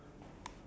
mm